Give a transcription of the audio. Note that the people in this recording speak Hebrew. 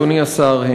אדוני השר,